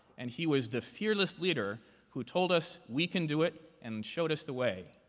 and he was the fearless leader who told us, we can do it, and showed us the way.